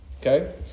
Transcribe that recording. Okay